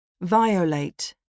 Violate